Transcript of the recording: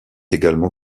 également